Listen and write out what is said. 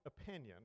opinion